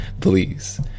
please